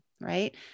Right